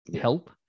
help